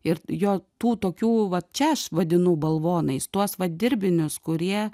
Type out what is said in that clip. ir jo tų tokių vat čia aš vadinu balvonais tuos vat dirbinius kurie